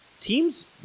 Teams